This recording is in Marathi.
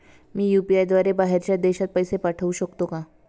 मी यु.पी.आय द्वारे बाहेरच्या देशात पैसे पाठवू शकतो का?